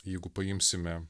jeigu paimsime